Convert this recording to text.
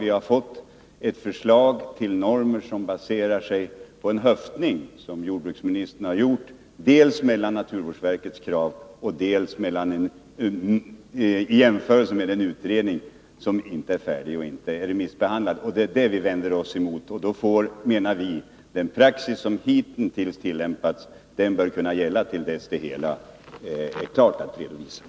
Vi har fått ett förslag till normer som baserar sig på en höftning, som jordbruksministern har gjort med utgångspunkt dels i naturvårdsverkets krav, dels i den utredning som ännu inte är slutförd och remissbehandlad. Det är det vi vänder oss mot. Vi menar att den praxis som hittills har tillämpats bör kunna gälla till dess utredningsarbetet är klart och redovisat.